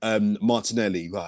Martinelli